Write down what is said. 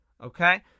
okay